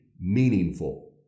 meaningful